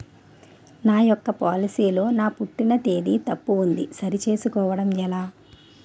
నా యెక్క పోలసీ లో నా పుట్టిన తేదీ తప్పు ఉంది సరి చేసుకోవడం ఎలా?